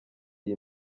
iyi